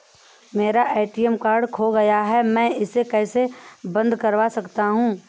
मेरा ATM card खो गया है मैं इसे कैसे बंद करवा सकता हूँ?